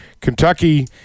Kentucky